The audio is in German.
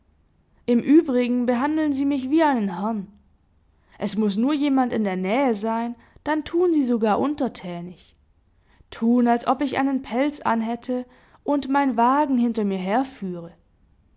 im übrigen behandeln sie mich wie einen herrn es muß nur jemand in der nähe sein dann tun sie sogar untertänig tun als ob ich einen pelz anhätte und mein wagen hinter mir herführe